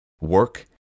Work